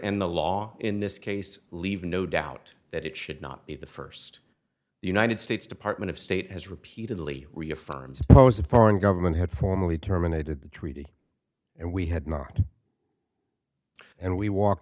and the law in this case leave no doubt that it should not be the first the united states department of state has repeatedly reaffirmed suppose that foreign government had formally terminated the treaty and we had not and we walk